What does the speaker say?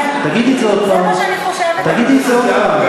תגידי את זה עוד פעם.